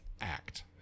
Act